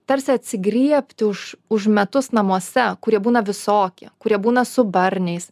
tarsi atsigriebti už už metus namuose kurie būna visokie kurie būna su barniais